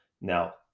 Now